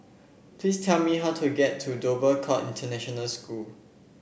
please tell me how to get to Dover Court International School